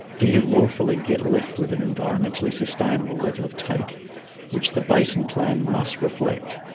do you lawfully get left with an environmentally sustainable level of take which the basin plan must reflect?